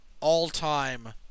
all-time